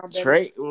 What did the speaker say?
Trey